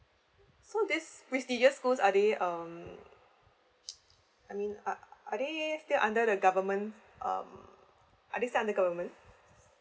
so this prestigious school are they um I mean uh are they still under the government uh are they still under government